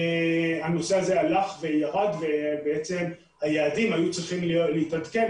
הנושא הזה הלך וירד והיעדים היו צריכים להתעדכן